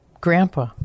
grandpa